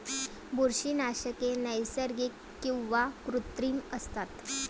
बुरशीनाशके नैसर्गिक किंवा कृत्रिम असतात